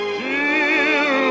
till